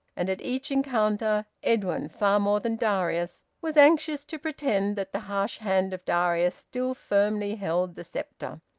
and at each encounter edwin, far more than darius, was anxious to pretend that the harsh hand of darius still firmly held the sceptre.